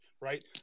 right